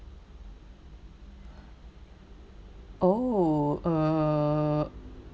oh uh